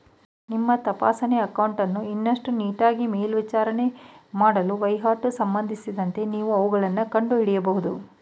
ನಿಮ್ಮ ತಪಾಸಣೆ ಅಕೌಂಟನ್ನ ಇನ್ನಷ್ಟು ನಿಕಟವಾಗಿ ಮೇಲ್ವಿಚಾರಣೆ ಮಾಡಲು ವಹಿವಾಟು ಸಂಬಂಧಿಸಿದಂತೆ ನೀವು ಅವುಗಳನ್ನ ಕಂಡುಹಿಡಿಯಬಹುದು